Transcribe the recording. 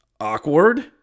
Awkward